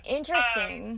Interesting